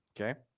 Okay